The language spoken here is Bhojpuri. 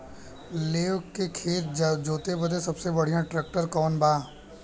लेव के खेत जोते बदे सबसे बढ़ियां ट्रैक्टर कवन बा?